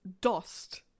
dust